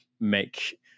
make